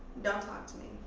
don't talk to me.